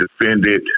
defended